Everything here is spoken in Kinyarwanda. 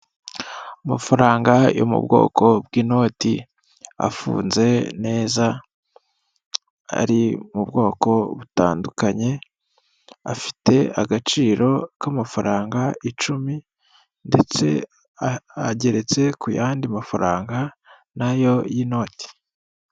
Amafaranga yo mu bwoko bw'inoti afunze neza; ari mu bwoko butandukanye. Afite agaciro k'amafaranga icumi, ndetse ageretse ku yandi mafaranga na yo y'inoti.